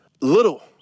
little